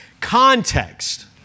context